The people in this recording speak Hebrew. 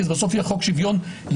כי בסוף זה יהיה חוק שוויון ליהודים,